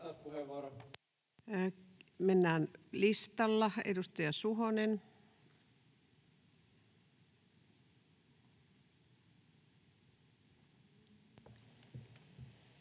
Mennään listalla. Edustaja Koskela,